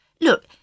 Look